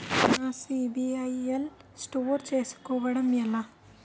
నా సిబిఐఎల్ స్కోర్ చుస్కోవడం ఎలా?